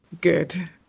good